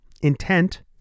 intent